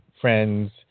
friends